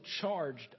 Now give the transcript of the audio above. charged